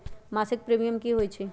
मासिक प्रीमियम की होई छई?